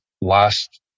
last